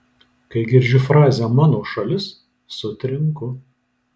kai girdžiu frazę mano šalis sutrinku